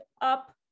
up